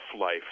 life